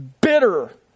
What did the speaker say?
bitter